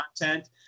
content